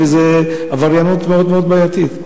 וזו עבריינות מאוד מאוד בעייתית.